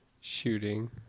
shooting